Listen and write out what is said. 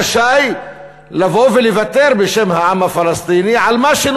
רשאי לבוא ולוותר על מה שנותר,